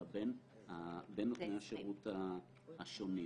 אלא בין נותני השירות השונים.